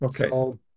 Okay